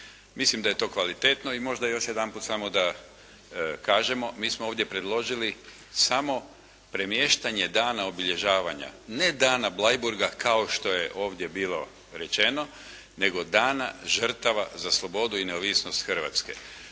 Mislim da je to kvalitetno i možda još jedanput samo da kažemo mi smo ovdje predložili samo premještanje dana obilježavanja. Ne dana Bleiburga kao što je ovdje bilo rečeno nego Dana žrtava za slobodu i neovisnost Hrvatske.